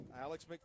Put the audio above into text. Alex